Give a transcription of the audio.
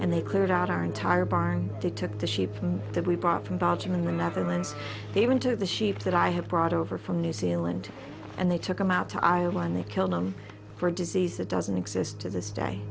and they cleared out our entire barn they took the sheep that we brought from belgium and the netherlands they went to the sheep that i have brought over from new zealand and they took them out to iowa and they killed them for disease that doesn't exist to this day